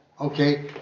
Okay